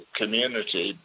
community